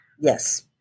yes